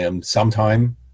sometime